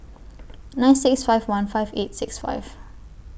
nine six five one five eight six five